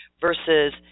versus